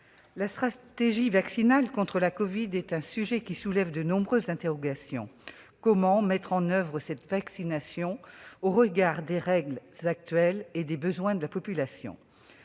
la stratégie vaccinale contre la covid-19 est un sujet qui soulève de nombreuses interrogations : comment, en effet, mettre en oeuvre cette vaccination au regard des règles actuelles et des besoins de la population ?